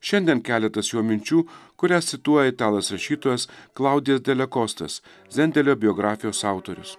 šiandien keletas jo minčių kurias cituoja italas rašytojas klaudijas dele kostas zendelio biografijos autorius